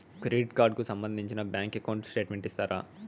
Credit card కు సంబంధించిన bank account statement ఇస్తారా?